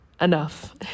enough